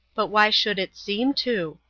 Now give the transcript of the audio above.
but why should it seem to?